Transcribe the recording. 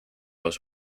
los